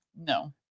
No